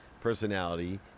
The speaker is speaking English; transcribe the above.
personality